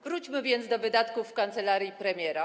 Wróćmy więc do wydatków w kancelarii premiera.